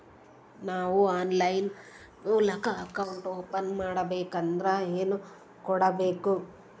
ನಾವು ಆನ್ಲೈನ್ ಮೂಲಕ account open ಮಾಡಬೇಂಕದ್ರ ಏನು ಕೊಡಬೇಕು?